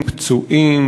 פצועים,